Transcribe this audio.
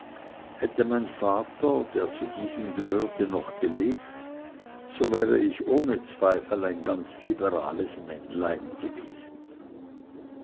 hätte mein vater der zu diesen gehörte noch gelebt so wäre ich ohne zweifel ein ganz liberales männlein gewesen